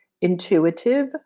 intuitive